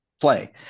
play